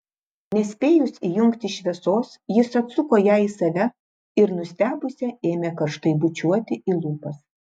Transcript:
nespėjus įjungti šviesos jis atsuko ją į save ir nustebusią ėmė karštai bučiuoti į lūpas